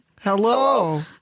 Hello